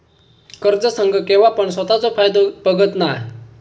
कर्ज संघ केव्हापण स्वतःचो फायदो बघत नाय